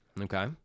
Okay